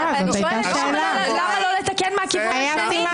אני שואלת למה לא לתקן מהכיוון השני,